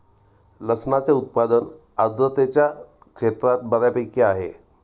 लसणाचे उत्पादन आर्द्रतेच्या क्षेत्रात बऱ्यापैकी आहे